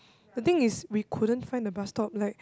the thing is we couldn't find the bus stop like